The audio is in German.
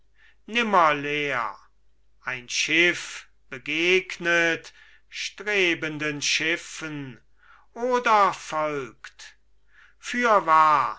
leer ein schiff begegnet strebenden schiffen oder folgt fürwahr